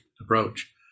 approach